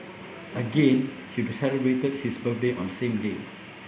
again he celebrated his birthday on the same day